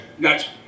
gotcha